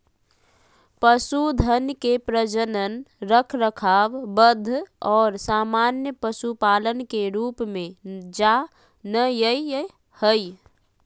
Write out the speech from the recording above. पशुधन के प्रजनन, रखरखाव, वध और सामान्य पशुपालन के रूप में जा नयय हइ